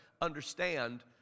understand